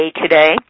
Today